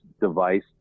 device